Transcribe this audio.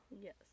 Yes